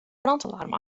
brandalarm